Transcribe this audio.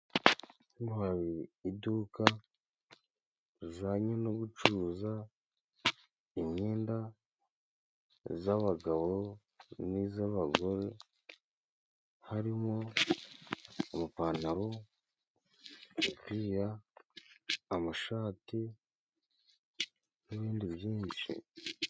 Hano hari iduka rizanye no gucuruza imyenda z,abagabo n'iz'abagore harimo amapantaro, imipira, amashati nibindi byinshi.